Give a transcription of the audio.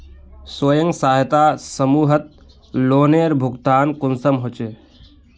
स्वयं सहायता समूहत लोनेर भुगतान कुंसम होचे?